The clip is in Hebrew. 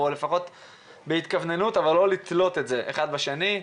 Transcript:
או לפחות בהתכווננות אבל לא לתלות את זה אחד בשני.